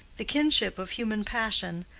the kinship of human passion,